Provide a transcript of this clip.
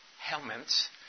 helmets